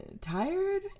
tired